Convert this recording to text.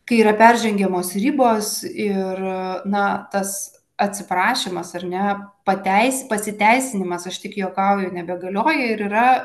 kai yra peržengiamos ribos ir na tas atsiprašymas ar ne pateis pasiteisinimas aš tik juokauju nebegalioja ir yra